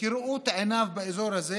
כראות עיניו באזור הזה.